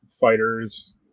Fighters